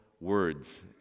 words